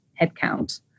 headcount